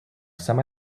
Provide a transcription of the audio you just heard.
semi